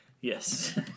Yes